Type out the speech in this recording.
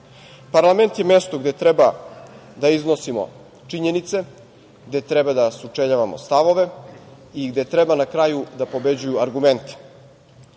rečnik. Parlament je mesto gde treba da iznosimo činjenice, gde treba da sučeljavamo stavove i gde treba na kraju da pobeđuju argumenti.